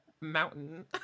mountain